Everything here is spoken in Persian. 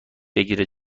بگیره